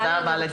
תודה רבה.